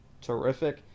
terrific